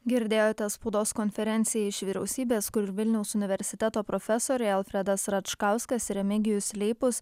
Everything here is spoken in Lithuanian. girdėjote spaudos konferenciją iš vyriausybės kur vilniaus universiteto profesoriai alfredas račkauskas ir remigijus leipus